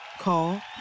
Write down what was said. Call